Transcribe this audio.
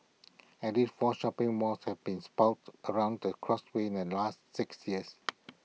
at least four shopping malls have been sprouted across the causeway in the last six years